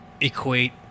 equate